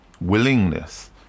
willingness